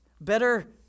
Better